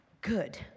good